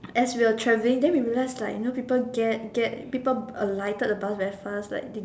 as we were traveling then we realise like you know people get get people alighted the bus very fast like they